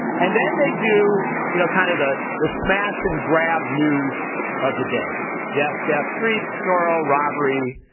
and then they do you know kind of the the smash and grab news of the day death, death, grief, sorrow, robbery,